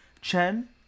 Chen